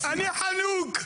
אני חנוק.